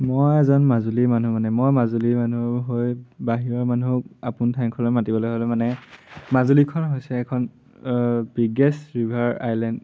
মই এজন মাজুলীৰ মানুহ মানে মই মাজুলী মানুহ হৈ বাহিৰৰ মানুহক আপোন ঠাইখনলৈ মাতিবলৈ হ'লে মানে মাজুলীখন হৈছে এখন বিগেষ্ট ৰিভাৰ আইলেণ্ড